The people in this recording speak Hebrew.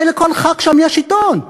הרי לכל ח"כ שם יש עיתון: